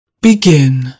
Begin